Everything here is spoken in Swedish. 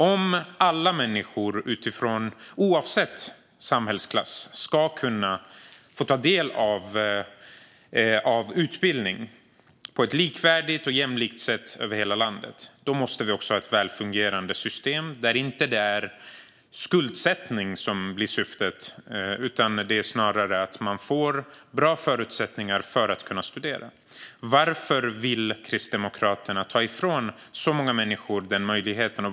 Om alla människor oavsett samhällsklass ska få ta del av utbildning på ett likvärdigt och jämlikt sätt över hela landet måste det också finnas ett väl fungerande system där det inte är skuldsättning som är syftet utan snarare att ge bra förutsättningar för att studera. Varför vill Kristdemokraterna ta ifrån så många människor den möjligheten?